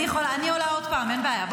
אני עולה עוד פעם, אין בעיה.